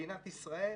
מדינת ישראל